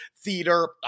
theater